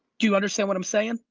do you understand what i'm saying?